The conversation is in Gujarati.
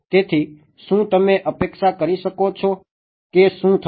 તેથી શું તમે અપેક્ષા કરી શકો છો કે શું થશે